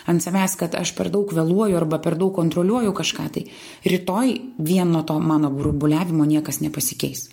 ant savęs kad aš per daug vėluoju arba per daug kontroliuoju kažką tai rytoj vien nuo to mano burbuliavimo niekas nepasikeis